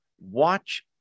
Watch